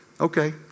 okay